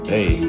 Hey